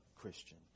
Christian